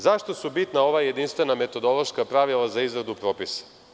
Zašto su bitna ova jedinstvena metodološka pravila za izradu propisa?